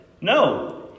No